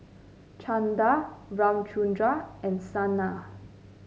Chandi Ramchundra and Sanal